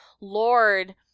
Lord